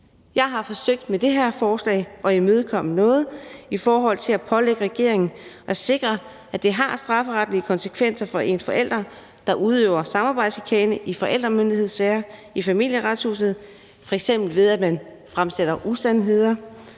Jeg har forsøgt med det her forslag at imødekomme noget og pålægge regeringen at sikre, at det har strafferetlige konsekvenser for en forælder, der udøver samarbejdschikane i forældremyndighedssager i Familieretshuset, f.eks. ved at man fremsætter usandheder,